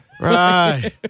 Right